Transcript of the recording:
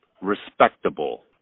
respectable